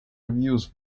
reviews